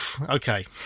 okay